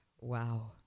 wow